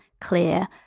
clear